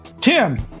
Tim